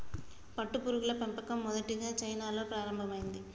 పట్టుపురుగుల పెంపకం మొదటిగా చైనాలో ప్రారంభమైంది